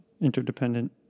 interdependent